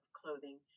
clothing